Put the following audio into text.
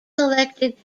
elected